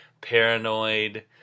paranoid